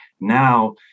Now